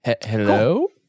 Hello